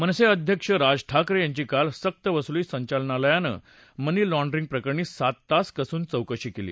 मनसे अध्यक्ष राज ठाकरे यांची काल सक्तवसुली संचालनालयानं मनी लॉण्डरिंग प्रकरणी सात तास कसून चौकशी केली